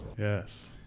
Yes